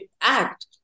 Act